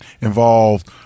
involved